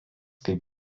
kaip